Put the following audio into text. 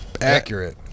accurate